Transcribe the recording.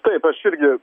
taip aš irgi